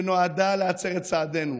שנועדה להצר את צעדינו,